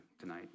tonight